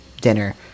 dinner